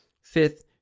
fifth